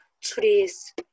trees